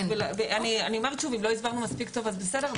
אני אומרת שוב, אם לא הסברנו מספיק טוב, אז בסדר.